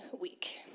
week